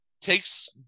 takes